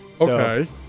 Okay